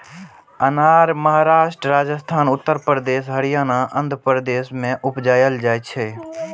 अनार महाराष्ट्र, राजस्थान, उत्तर प्रदेश, हरियाणा, आंध्र प्रदेश मे उपजाएल जाइ छै